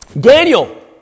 Daniel